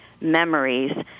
memories